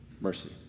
mercy